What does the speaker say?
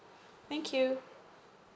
thank you